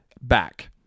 back